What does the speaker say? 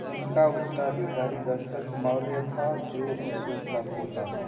उनका उत्तराधिकारी दशरथ मौर्य था जो अशोक का पोता था